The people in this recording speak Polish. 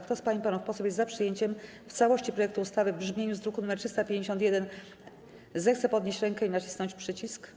Kto z pań i panów posłów jest za przyjęciem w całości projektu ustawy w brzmieniu z druku nr 351, zechce podnieść rękę i nacisnąć przycisk.